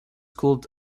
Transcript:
called